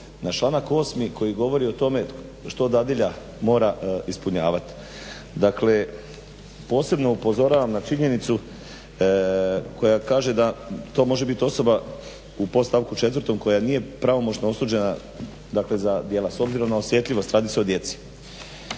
na članak 8. koji govori o tome što dadilja mora ispunjavati. Dakle, posebno upozoravam na činjenicu koja kaže da to može biti osoba u podstavku četvrtom koja nije pravomoćno osuđena, dakle za djela s obzirom na osjetljivost radi se o djeci.